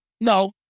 No